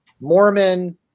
Mormon